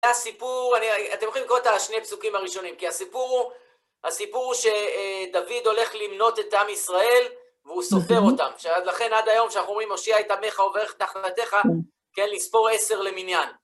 הסיפור, אתם יכולים לקרוא את השני פסוקים הראשונים, כי הסיפור הוא הסיפור הוא שדוד הולך למנות את עם ישראל והוא סופר אותם, לכן עד היום כשאנחנו אומרים מושיע את עמך וברך את נחלתך, כן, לספור עשר למניין.